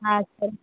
ஆ சரி